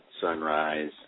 sunrise